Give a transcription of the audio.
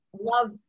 love